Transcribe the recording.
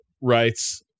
writes